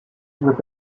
with